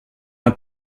her